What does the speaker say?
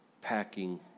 packing